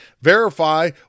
verify